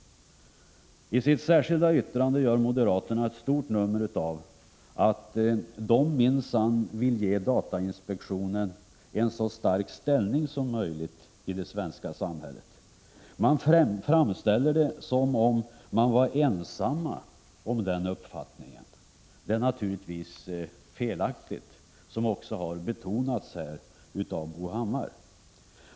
I sitt särskilda yttrande gör moderaterna ett stort nummer av att de minsann vill ge datainspektionen en så stark ställning som möjligt i det svenska samhället. De framställer det som om de var ensamma om den uppfattningen. Det är naturligtvis felaktigt, som också har betonats här av Bo Hammar.